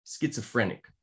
schizophrenic